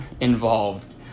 involved